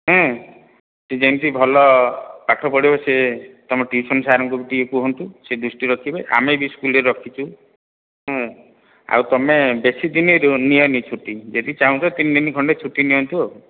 ଯେମତି ଭଲ ପାଠପଡ଼ିବ ସେ ତମ ଟ୍ୟୁସନ୍ ସାର୍ଙ୍କୁ ବି ଟିକେ କୁହନ୍ତୁ ଦୃଷ୍ଟି ରଖିବେ ଆମେ ବି ସ୍କୁଲରେ ରଖିଛୁ ଆଉ ତମେ ବେଶି ଦିନ ନିଅନି ଛୁଟି ଯଦି ଚାହୁଁଛ ତିନି ଦିନ ଖଣ୍ଡେ ଛୁଟି ନିଅନ୍ତୁ ଆଉ